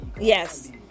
yes